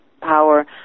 power